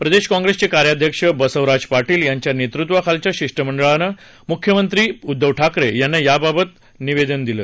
प्रदेश काँग्रेसचे कार्याध्यक्ष बस्वराज पाटील यांच्या नेतृत्वाखालच्या शिष्टमंडळाने मुख्यमंत्री उद्धव ठाकरे यांना याबाबत निवेदन दिलं